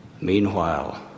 Meanwhile